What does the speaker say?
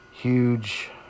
huge